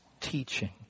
teaching